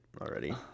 already